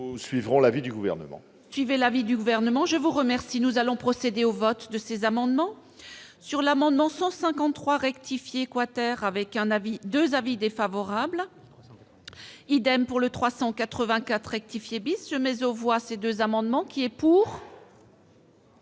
suivra l'avis du Gouvernement.